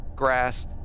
grass